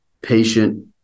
patient